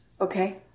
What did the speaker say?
Okay